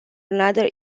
another